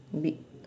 a bit